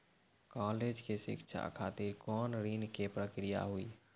College के शिक्षा खातिर कौन ऋण के प्रक्रिया हुई?